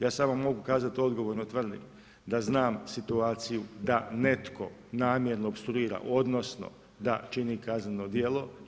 Ja samo mogu kazati, odgovorno tvrdim, da znam situaciju, da netko namjerno opstruira, odnosno, da čini kazneno djelo.